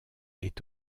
est